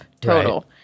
total